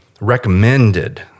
recommended